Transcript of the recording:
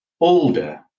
older